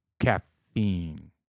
caffeine